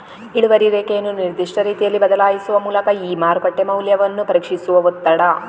ಇಳುವರಿ ರೇಖೆಯನ್ನು ನಿರ್ದಿಷ್ಟ ರೀತಿಯಲ್ಲಿ ಬದಲಾಯಿಸುವ ಮೂಲಕ ಈ ಮಾರುಕಟ್ಟೆ ಮೌಲ್ಯವನ್ನು ಪರೀಕ್ಷಿಸುವ ಒತ್ತಡ